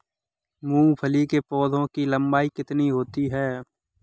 मूंगफली के पौधे की लंबाई कितनी होती है?